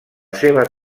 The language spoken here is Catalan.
seva